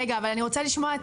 רגע, אבל אני רוצה לשמוע את